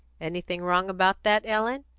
anything wrong about that, ellen?